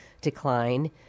decline